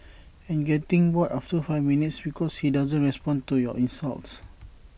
and getting bored after five minutes because he doesn't respond to your insults